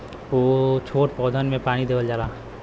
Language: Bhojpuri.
छोट पौधा में पानी देवल जाला